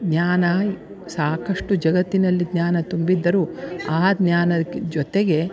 ಜ್ಞಾನ ಸಾಕಷ್ಟು ಜಗತ್ತಿನಲ್ಲಿ ಜ್ಞಾನ ತುಂಬಿದ್ದರೂ ಆ ಜ್ಞಾನದ್ ಜೊತೆಗೆ